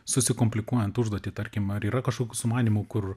susikomplikuojant užduotį tarkim ar yra kažkokių sumanymų kur